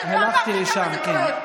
תמשיכי עם השנאה.